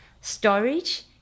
storage